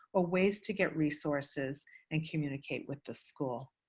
ah ways to get resources and communicate with the school.